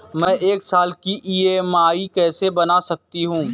मैं एक साल की ई.एम.आई कैसे बना सकती हूँ?